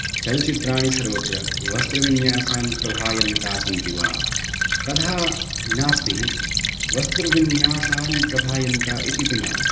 चलचित्राणि सर्वत्र वस्त्रविन्यासान् प्रभायन्ता सन्ति वा तथा नास्ति वस्त्रविन्यासान् प्रभायन्ता इति न